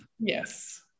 Yes